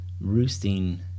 roosting